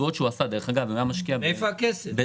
מאיפה הכסף?